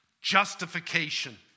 justification